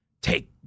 Take